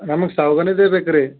ನಮ್ಗ ಸಾಗ್ವಾನಿದೆ ಬೇಕು ರೀ